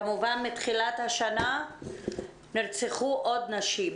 כמובן, מתחילת השנה נרצחו עוד נשים.